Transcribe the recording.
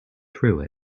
through